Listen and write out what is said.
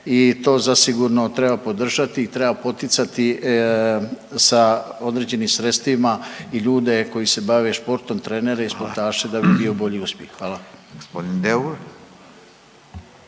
i to zasigurno treba podržati i treba poticati sa određenim sredstvima i ljude koji se bave športom, trenere i .../Upadica: Hvala./... športaše da bi bio bolji uspjeh. Hvala.